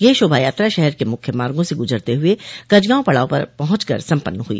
यह शोभा यात्रा शहर क मुख्य मार्गो से गुजरते हुये कजगांव पड़ाव पर पहुंच कर सम्पन्न हुई